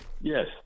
Yes